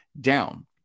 down